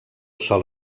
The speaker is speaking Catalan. sol